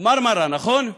ה"מרמרה", נכון?